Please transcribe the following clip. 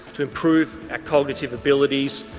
to improve our cognitive abilities,